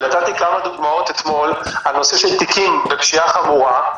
ונתתי כמה דוגמאות אתמול על נושא של תיקים בפשיעה חמורה,